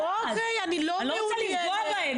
אני לא רוצה לפגוע בהם.